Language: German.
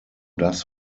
das